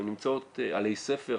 הן נמצאות עלי ספר,